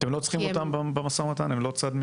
אתם לא צריכים אותם במשא ומתן הם לא צד מבחינתכם?